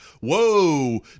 Whoa